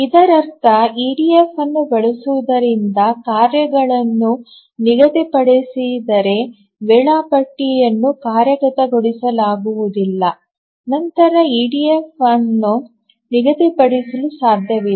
ಇದರರ್ಥ ಇಡಿಎಫ್ ಅನ್ನು ಬಳಸುವುದರಿಂದ ಕಾರ್ಯಗಳನ್ನು ನಿಗದಿಪಡಿಸಿದರೆ ವೇಳಾಪಟ್ಟಿಯನ್ನು ಕಾರ್ಯಗತಗೊಳಿಸಲಾಗುವುದಿಲ್ಲ ನಂತರ ಇಡಿಎಫ್ ಅದನ್ನು ನಿಗದಿಪಡಿಸಲು ಸಾಧ್ಯವಿಲ್ಲ